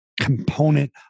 component